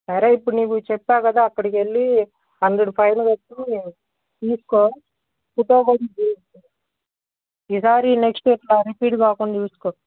సరే ఇప్పుడు నీవు చెప్పావు కదా అక్కడికి వెళ్లి హండ్రెడ్ ఫైన్ కట్టి తీసుకో ఫోటో కూడా ఇచ్చేయి ఈసారి నెక్స్ట్ అట్లా రిపీట్ కాకుండా చూసుకో